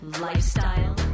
lifestyle